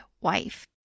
wife